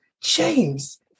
James